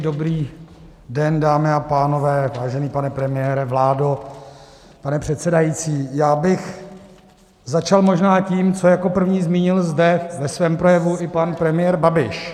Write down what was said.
Dobrý den, dámy a pánové, vážený pane premiére, vládo, pane předsedající, já bych začal možná tím, co jako první zmínil zde ve svém projevu i pan premiér Babiš.